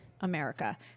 America